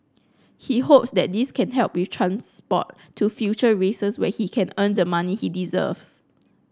he hopes that this can help with transport to future races where he can earn the money he deserves